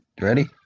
ready